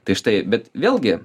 tai štai bet vėlgi